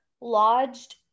lodged